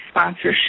sponsorship